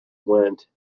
went